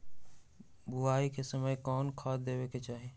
बोआई के समय कौन खाद देवे के चाही?